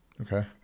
Okay